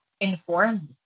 informed